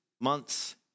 months